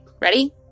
Ready